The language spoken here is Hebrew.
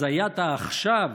והזיית העכשיו,